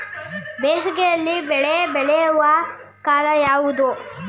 ಬೇಸಿಗೆ ಯಲ್ಲಿ ಬೆಳೆ ಬೆಳೆಯುವ ಕಾಲ ಯಾವುದು?